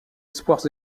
espoirs